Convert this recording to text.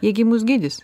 jie gi mus gydys